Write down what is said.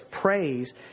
praise